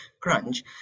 crunch